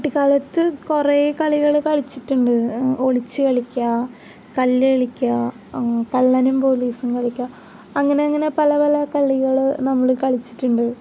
കുട്ടിക്കാലത്ത് കുറേ കളികൾ കളിച്ചിട്ടുണ്ട് ഒളിച്ചു കളിക്കുക കല്ല് കളിക്കുക കള്ളനും പോലീസും കളിക്കുക അങ്ങനെ അങ്ങനെ പല പല കളികൾ നമ്മൾ കളിച്ചിട്ടുണ്ട്